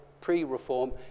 pre-reform